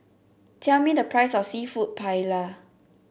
tell me the price of seafood Paella